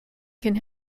can